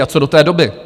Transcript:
A co do té doby?